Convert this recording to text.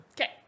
Okay